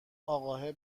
اقاهه